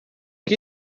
que